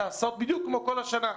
תנהג בדיוק כמו כל השנה.